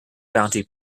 bounty